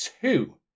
Two